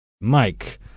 Mike